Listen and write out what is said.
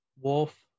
wolf